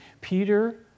Peter